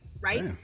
right